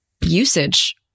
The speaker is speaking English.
usage